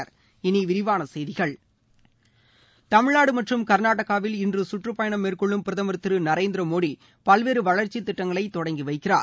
இனி விரிவான செய்திகள் தமிழ்நாடு மற்றும் காநாடாகாவில் இன்று கற்றப்பயணம் மேற்கொள்ளும் பிரதமர் திரு நரேந்திர மோடி பல்வேறு வளர்ச்சி திட்டங்களை தொடங்கி வைக்கிறார்